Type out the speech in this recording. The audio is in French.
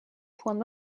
points